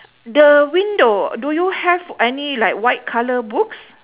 the window do you have any like white colour books